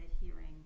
hearing